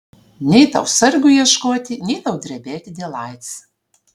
nei tau sargių ieškoti nei tau drebėti dėl aids